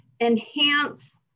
enhance